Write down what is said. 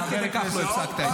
ועד כדי כך לא הפסקת את זה.